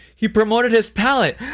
he promoted his palette!